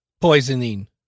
Poisoning